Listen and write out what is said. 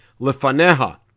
lefaneha